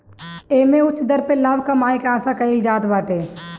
एमे उच्च दर पे लाभ कमाए के आशा कईल जात बाटे